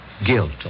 guilt